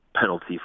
penalty